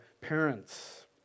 parents